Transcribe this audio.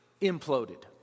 imploded